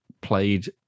played